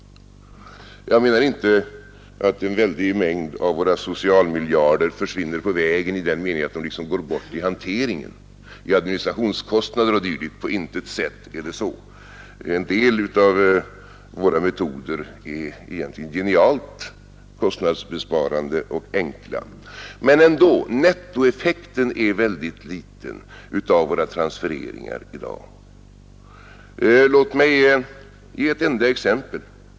Jag menar inte att en väldig mängd att våra socialmiljarder försvinner på vägen i den meningen att de liksom går bort i hanteringen, i administrationskostnader o. d. På intet sätt är det så. En del av våra metoder är egentligen genialt kostnadsbesparande och enkla. Men ändå är nettoeffekten av våra transfereringar i dag ytterst liten. Låt mig ge ett enda exempel.